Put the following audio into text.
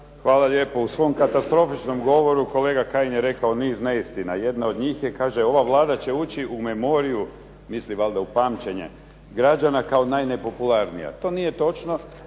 Hvala lijepo. U svom katastrofičnom govoru kolega Kajin je rekao niz neistina. Jedna od njih je, kaže: "Ova Vlada će ući u memoriju", misli valjda u pamćenje "građana kao najnepopularnija.". To nije točno.